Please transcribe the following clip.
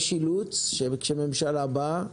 יש אילוץ, שכשממשלה באה